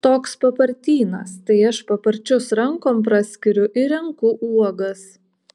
toks papartynas tai aš paparčius rankom praskiriu ir renku uogas